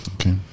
Okay